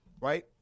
right